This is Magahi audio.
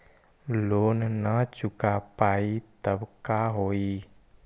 लोन न चुका पाई तब का होई?